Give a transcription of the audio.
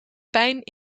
pijn